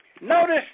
notice